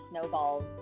snowballs